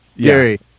Gary